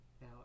Now